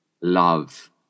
love